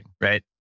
right